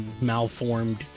malformed